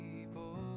people